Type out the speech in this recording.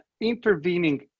intervening